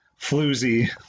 floozy